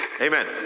Amen